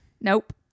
Nope